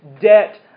debt